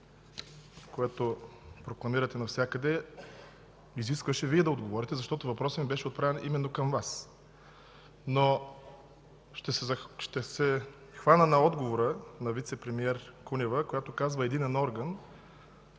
което прокламирате навсякъде, изискваше Вие да отговорите, защото въпросът ми беше отправен именно към Вас, но ще се хвана на отговора на вицепремиер Кунева, която казва: „единен орган”.